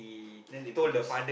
then they